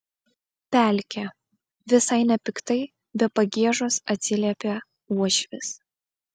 pelkė visai nepiktai be pagiežos atsiliepė uošvis